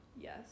Yes